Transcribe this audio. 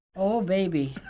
oh, baby.